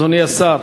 אדוני השר,